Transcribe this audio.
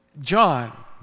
John